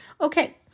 Okay